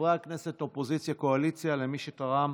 לחברי הכנסת, אופוזיציה, קואליציה, למי שתרם